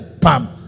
pam